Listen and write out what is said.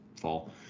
fall